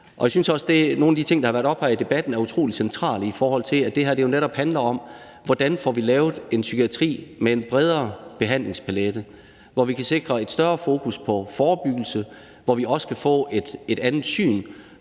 Og jeg synes også, at nogle af de ting, der har været oppe her i debatten, er utrolig centrale, i forhold til at det her netop handler om, hvordan vi får lavet en psykiatri med en bredere behandlingspalet, hvor vi kan sikre et større fokus på forebyggelse, og hvor vi også kan få et andet syn